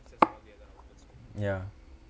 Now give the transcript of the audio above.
ya